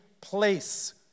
place